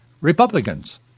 Republicans